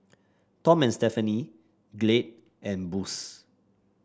Tom and Stephanie Glade and Boost